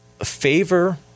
favor